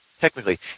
technically